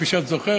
כפי שאת זוכרת,